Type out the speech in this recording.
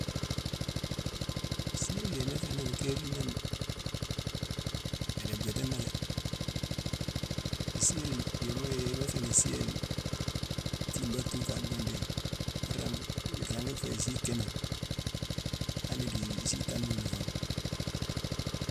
Isii yéye, yéma ifé ni kééri néne, idi gwiitina dé. Isii yéye, yéma yéma ifé ni isii yéye, itiibadetu ka bhindi yi, mu ring- iringi fé isii kimmi ani dii isii tanfulu fan.